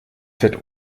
fett